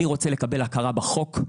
אני רוצה לקבל הכרה בחוק,